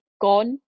gone